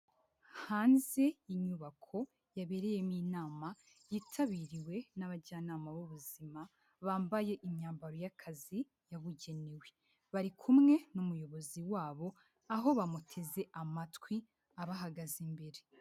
Hanze inyubako yabereyemo inama yitabiriwe n'abajyanama b'ubuzima bambaye imyambaro y'akazi yabugenewe, bari kumwe n'umuyobozi wabo aho bamuteze amatwi abahagaze imbere.